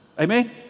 Amen